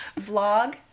Vlog